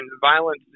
violence